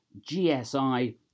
GSI